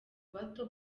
bato